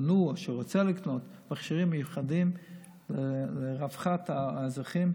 שקנה או שרוצה לקנות מכשירים מיוחדים לרווחת האזרחים,